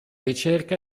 ricerca